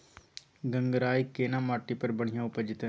गंगराय केना माटी पर बढ़िया उपजते?